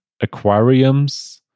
aquariums